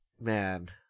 man